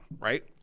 Right